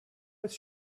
was